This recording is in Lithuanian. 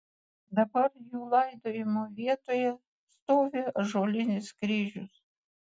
dabar jų laidojimo vietoje stovi ąžuolinis kryžius